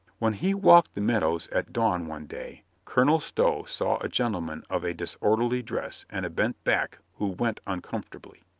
when he walked the meadows at dawn one day colonel stow saw a gentleman of a disorderly dress and a bent back who went uncomfortably.